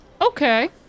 Okay